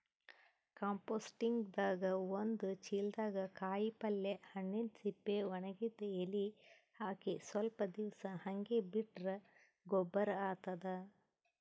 ಕಂಪೋಸ್ಟಿಂಗ್ದಾಗ್ ಒಂದ್ ಚಿಲ್ದಾಗ್ ಕಾಯಿಪಲ್ಯ ಹಣ್ಣಿನ್ ಸಿಪ್ಪಿ ವಣಗಿದ್ ಎಲಿ ಹಾಕಿ ಸ್ವಲ್ಪ್ ದಿವ್ಸ್ ಹಂಗೆ ಬಿಟ್ರ್ ಗೊಬ್ಬರ್ ಆತದ್